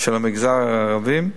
של המגזר הערבי,